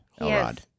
Elrod